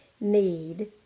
need